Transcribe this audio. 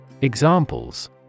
Examples